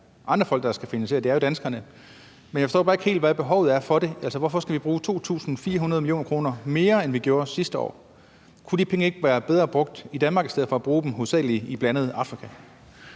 andre folk, der skal finansiere det, for det er jo danskerne. Men jeg forstår bare ikke helt, hvad behovet er for det. Hvorfor skal vi bruge 2.400 mio. kr. mere, end vi gjorde sidste år? Kunne de penge ikke være bedre brugt i Danmark i stedet for at bruge dem i hovedsagelig Afrika?